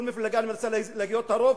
כל מפלגה מנסה להיות הרוב,